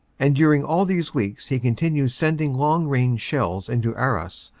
and during all these weeks he continues sending long range shells into arras,